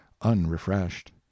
unrefreshed